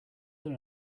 than